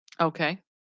Okay